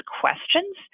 questions